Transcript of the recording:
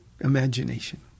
imagination